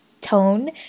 tone